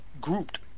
grouped